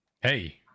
Hey